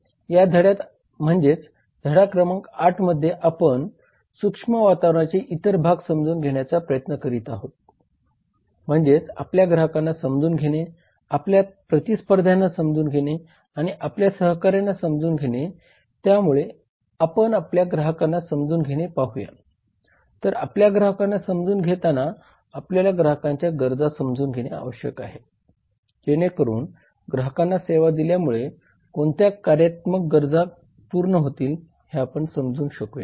या धड्यात म्हणजेच धडा क्रमांक 8 मध्ये आपण सूक्ष्म वातावरणाचे इतर भाग समजून घेण्याचा प्रयत्न करीत आहोत म्हणजे आपल्या ग्राहकांना समजून घेणे आपल्या प्रतिस्पर्ध्यांना समजून घेणे आणि आपल्या सहकार्यांना समजून घेणे त्यामुळे आपण आपल्या ग्राहकांना समजून घेणे पाहूया तर आपल्या ग्राहकांना समजून घेताना आपल्याला ग्राहकांच्या गरजा समजून घेणे आवश्यक आहे जेणेकरून ग्राहकांना सेवा दिल्यामुळे कोणत्या कार्यात्मक गरजा गरजा पूर्ण होतील हे आपण समजू शकूया